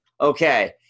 Okay